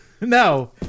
No